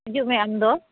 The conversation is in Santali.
ᱦᱤᱡᱩᱜ ᱢᱮ ᱟᱢ ᱫᱚ